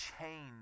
change